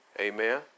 Amen